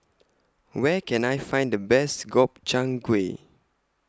Where Can I Find The Best Gobchang Gui